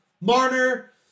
Marner